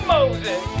Moses